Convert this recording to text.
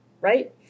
right